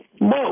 No